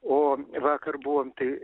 o vakar buvom tai